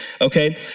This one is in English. okay